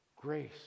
grace